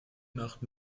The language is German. nach